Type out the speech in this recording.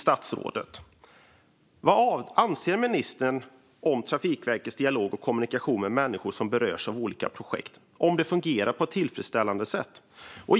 Vad anser ministern om Trafikverkets dialog och kommunikation med människor som berörs av olika projekt? Fungerar det på ett tillfredsställande sätt?